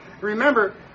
Remember